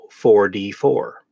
4d4